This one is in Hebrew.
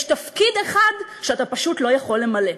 יש תפקיד אחד שאתה פשוט לא יכול למלא,